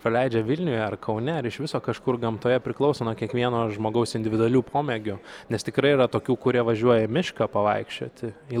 praleidžia vilniuje ar kaune ar iš viso kažkur gamtoje priklauso nuo kiekvieno žmogaus individualių pomėgių nes tikrai yra tokių kurie važiuoja į mišką pavaikščioti į